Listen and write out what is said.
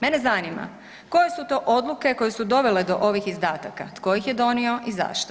Mene zanima koje su to odluke koje su dovele do ovih izdataka, tko ih je donio i zašto?